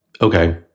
okay